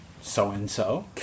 so-and-so